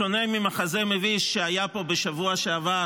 בשונה ממחזה מביש שהיה פה בשבוע שעבר,